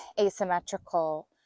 asymmetrical